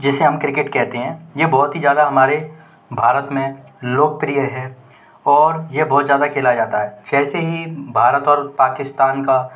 जिसे हम क्रिकेट कहते हैं ये बहुत ही ज़्यादा हमारे भारत में लोकप्रिय है और ये बहुत ज़्यादा खेला जाता है जैसे ही भारत और पकिस्तान का